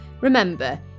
Remember